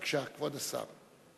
בבקשה, כבוד השר.